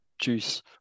juice